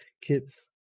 kids